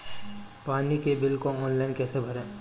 पानी के बिल को ऑनलाइन कैसे भरें?